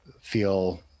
feel